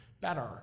better